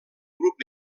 grup